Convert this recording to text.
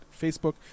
Facebook